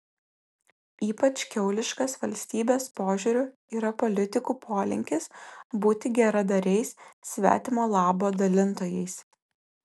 ypač kiauliškas valstybės požiūriu yra politikų polinkis būti geradariais svetimo labo dalintojais